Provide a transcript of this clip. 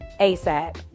asap